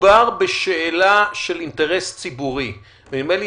מדובר בשאלה של אינטרס ציבורי ונדמה לי